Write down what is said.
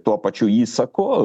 tuo pačiu įsaku